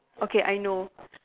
okay I know